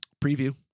preview